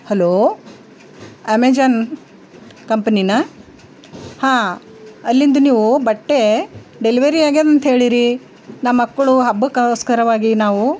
hello Amazon ಕಂಪನಿನಾ ಹಾಂ ಅಲ್ಲಿಂದ ನೀವು ಬಟ್ಟೆ ಡೆಲಿವರಿ ಆಗ್ಯದಂತ ಹೇಳಿರಿ ನಮ್ಮಮಕ್ಳು ಹಬ್ಬಕ್ಕೋಸ್ಕರವಾಗಿ ನಾವು